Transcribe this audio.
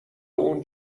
اون